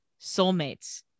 soulmates